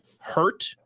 hurt